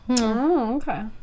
Okay